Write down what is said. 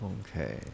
Okay